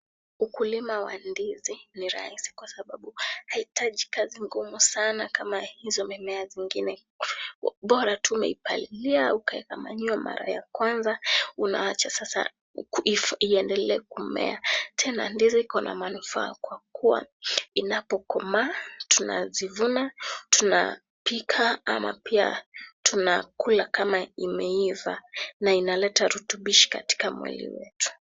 Ukulima wa ndizi ni rahisi kwa sababu haitaji kazi ngumu sana kama hizo mimea zingine. Bora tu umeipalilia ukaeka manyua mara ya kwanza unaacha sasa iendelee kumea. Tena ndizi iko na manufaa kwa kuwa inapokomaa tunazivuna tunapika ama pia tunakula kama imeiva na inaleta rutubishi katika mwili wetu.